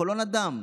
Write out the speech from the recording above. קולו נדם.